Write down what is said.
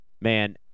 man